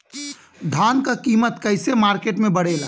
धान क कीमत कईसे मार्केट में बड़ेला?